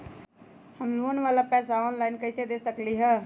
हम लोन वाला पैसा ऑनलाइन कईसे दे सकेलि ह?